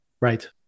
Right